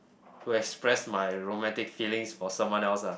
who express my romantic feelings for someone else ah